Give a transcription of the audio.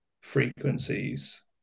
frequencies